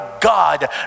God